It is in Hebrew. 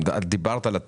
את דיברת על התפר,